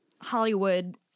Hollywood